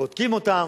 בודקים אותם,